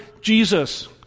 Jesus